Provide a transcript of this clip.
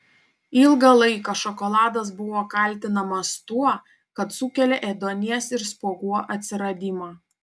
ilgą laiką šokoladas buvo kaltinamas tuo kad sukelia ėduonies ir spuogų atsiradimą